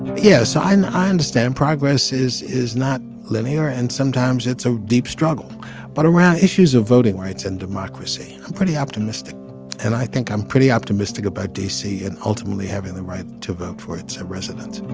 yes i understand progress is is not linear and sometimes it's a deep struggle but around issues of voting rights and democracy i'm pretty optimistic and i think i'm pretty optimistic about d c. and ultimately having the right to vote for its president